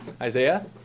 Isaiah